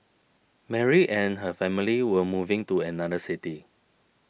Mary and her family were moving to another city